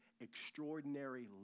extraordinary